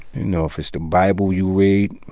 know, if it's the bible you read,